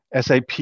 SAP